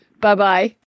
Bye-bye